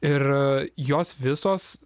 ir jos visos